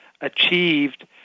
achieved—